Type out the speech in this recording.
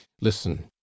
listen